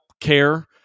care